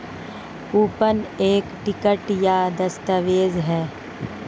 coupon एक ticket या दस्तावेज़ है